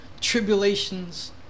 tribulations